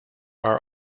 are